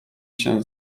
się